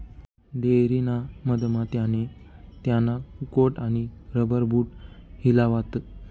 dairy ना मधमा त्याने त्याना कोट आणि रबर बूट हिलावात